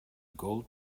gold